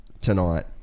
tonight